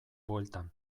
bueltan